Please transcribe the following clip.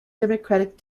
democratic